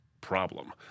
problem